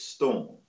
Storm